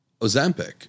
Ozempic